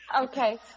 Okay